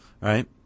Right